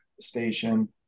station